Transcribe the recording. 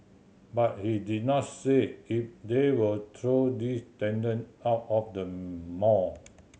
but he did not say if they will throw these tenant out of the mall